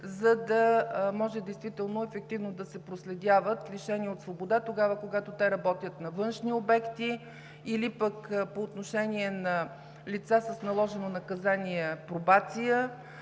за да може действително ефективно да се проследяват лишени от свобода тогава, когато работят на външни обекти, или пък по отношение на лица с наложено наказание „пробация“,